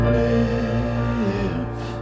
live